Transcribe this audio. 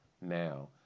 now